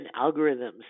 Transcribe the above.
algorithms